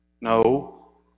no